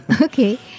okay